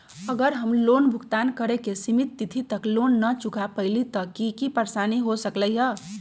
अगर हम लोन भुगतान करे के सिमित तिथि तक लोन न चुका पईली त की की परेशानी हो सकलई ह?